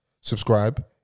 subscribe